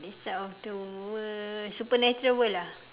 the other side of the world supernatural world ah